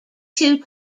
two